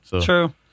True